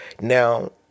Now